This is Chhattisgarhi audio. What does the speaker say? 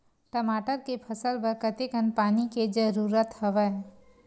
टमाटर के फसल बर कतेकन पानी के जरूरत हवय?